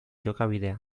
jokabidea